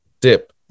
dip